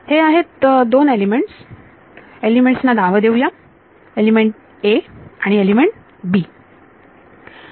हे आहेत दोन एलिमेंट्स एलिमेंट्स ना नाव देऊया एलिमेंट 'a' आणि एलिमेंट 'b'